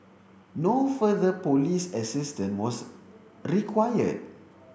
no further police assistance was required